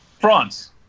France